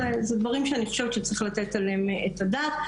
אלו דברים שאני חושבת שצריך לתת עליהם את הדעת.